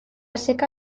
seca